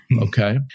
Okay